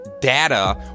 Data